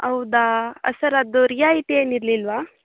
ಹೌದಾ ಸರ್ ಅದು ರಿಯಾಯಿತಿ ಏನು ಇರಲಿಲ್ವಾ